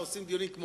שלו.